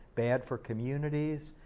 bad for communities,